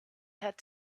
had